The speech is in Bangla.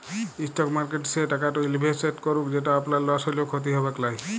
ইসটক মার্কেটে সে টাকাট ইলভেসেট করুল যেট আপলার লস হ্যলেও খ্যতি হবেক লায়